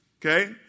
Okay